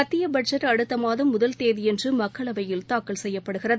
மத்தியபட்ஜெட் அடுத்தமாதம் முதல் தேதியன்றுமக்களவையில் தாக்கல் செய்யப்படுகிறது